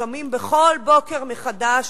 שקמים בכל בוקר מחדש